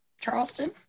charleston